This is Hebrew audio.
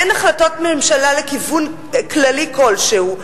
אין החלטות ממשלה לכיוון כללי כלשהו,